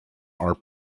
are